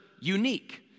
unique